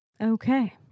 okay